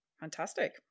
Fantastic